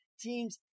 teams